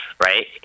right